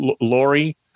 Lori